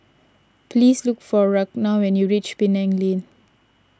please look for Ragna when you reach Penang Lane